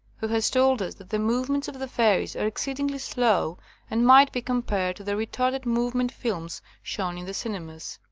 who has told us that the movements of the fairies are exceedingly slow and might be compared to the retarded-move ment films shown in the cinemas.